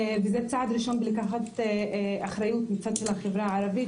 וזה צעד ראשון בלקחת אחריות מהצד של החברה הערבית